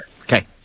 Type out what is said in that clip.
Okay